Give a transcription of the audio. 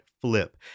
flip